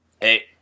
Hey